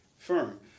Firm